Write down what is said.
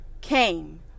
came